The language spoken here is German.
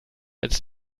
als